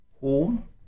home